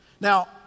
Now